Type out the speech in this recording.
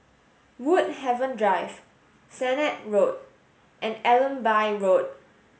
Woodhaven Drive Sennett Road and Allenby Road